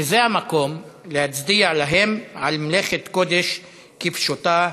שזה המקום להצדיע להם על מלאכת קודש, כפשוטה.